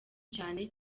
cyane